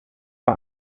war